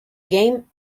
game